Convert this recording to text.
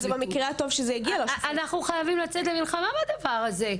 אנחנו חייבים לצאת למלחמה בדבר הזה.